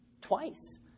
twice